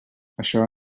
això